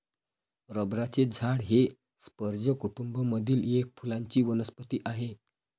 रबराचे झाड हे स्पर्ज कुटूंब मधील एक फुलांची वनस्पती आहे